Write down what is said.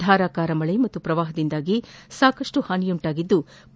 ಧಾರಾಕಾರ ಮಳೆ ಮತ್ತು ಪ್ರವಾಹದಿಂದಾಗಿ ಸಾಕಷ್ಟು ಹಾನಿಯುಂಟಾಗಿದ್ಲು